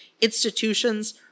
institutions